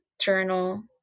journal